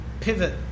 pivot